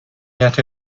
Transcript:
yet